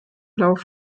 laufe